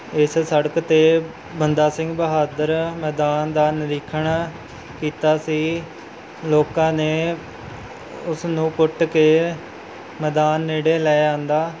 ਇਸ ਸੜਕ 'ਤੇ ਬੰਦਾ ਸਿੰਘ ਬਹਾਦਰ ਮੈਦਾਨ ਦਾ ਨਿਰੀਖਣ ਕੀਤਾ ਸੀ ਲੋਕਾਂ ਨੇ ਉਸ ਨੂੰ ਪੁੱਟ ਕੇ ਮੈਦਾਨ ਨੇੜੇ ਲੈ ਆਂਦਾ